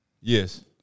Yes